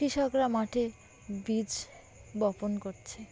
কৃষকরা মাঠে বীজ বপন করছে